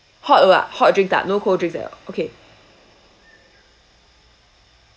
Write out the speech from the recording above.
hot ah hot drink ah no cold drinks eh okay